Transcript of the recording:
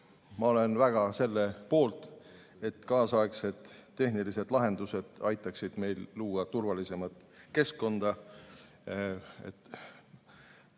ma olen väga selle poolt, et kaasaegsed tehnilised lahendused aitaksid meil luua turvalisemat keskkonda,